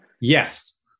Yes